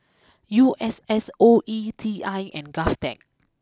U S S O E T I and GovTech